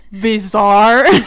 Bizarre